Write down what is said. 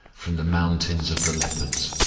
from the mountains of the leopards.